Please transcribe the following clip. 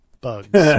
bugs